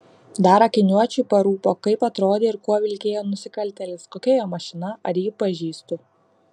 dar akiniuočiui parūpo kaip atrodė ir kuo vilkėjo nusikaltėlis kokia jo mašina ar jį pažįstu